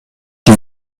die